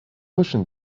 باشین